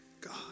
God